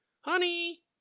Honey